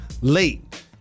late